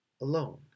alone